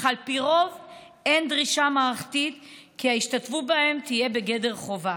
אך על פי רוב אין דרישה מערכתית שההשתתפות בהן תהיה בגדר חובה.